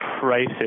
prices